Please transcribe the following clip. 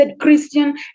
Christian